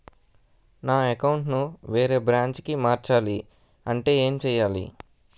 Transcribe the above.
నా అకౌంట్ ను వేరే బ్రాంచ్ కి మార్చాలి అంటే ఎం చేయాలి?